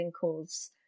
calls